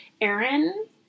Aaron